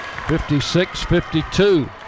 56-52